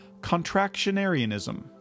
contractionarianism